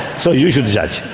so you should judge.